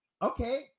Okay